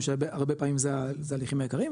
שהרבה פעמים זה ההליכים העיקריים,